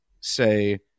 say